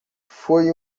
foi